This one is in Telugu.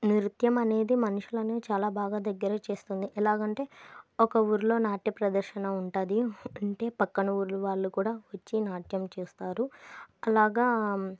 నృత్యం అనేది మనుషులని చాలా బాగా దగ్గర చేస్తుంది ఎలాగ అంటే ఒక ఊర్లో నాట్య ప్రదర్శన ఉంటుంది ఉంటే పక్కన ఊరు వాళ్ళు కూడా వచ్చి నాట్యం చేస్తారు అలాగా